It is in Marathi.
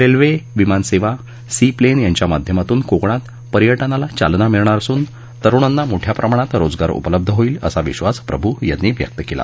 रेल्वे विमानसेवा सीप्लेन यांच्या माध्यमातून कोकणात पर्यटनाला चालना मिळणार असून तरुणांना मोठ्या प्रमाणात रोजगार उपलब्ध होईल असा विश्वास प्रभू यांनी व्यक्त केला